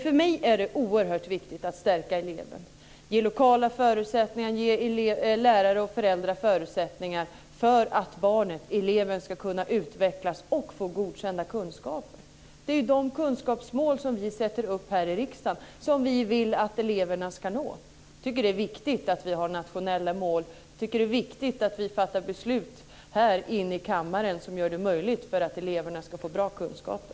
För mig är det oerhört viktigt att stärka eleven, ge lokala förutsättningar och ge lärare och föräldrar förutsättningar så att barnet, eleven, ska kunna utvecklas och få godkända kunskaper. Det är det kunskapsmål vi sätter upp här i riksdagen som vi vill att eleverna ska nå. Jag tycker att det är viktigt att vi har nationella mål. Jag tycker att det är viktigt att vi fattar beslut här inne i kammaren som gör det möjligt för eleverna att få bra kunskaper.